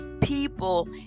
people